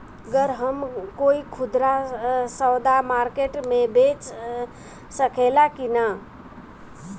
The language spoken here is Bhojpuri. गर हम कोई खुदरा सवदा मारकेट मे बेच सखेला कि न?